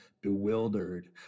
bewildered